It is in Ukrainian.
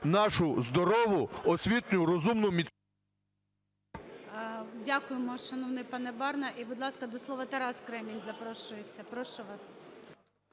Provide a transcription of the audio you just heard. нашу здорову, освітню, розумну, міцну.... ГОЛОВУЮЧИЙ. Дякуємо, шановний пане Барна. І, будь ласка, до слова Тарас Кремінь запрошується. Прошу вас.